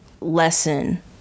lesson